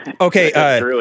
Okay